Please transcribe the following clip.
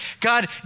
God